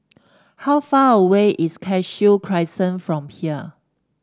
how far away is Cashew Crescent from here